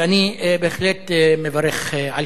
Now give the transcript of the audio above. אני בהחלט מברך על כך,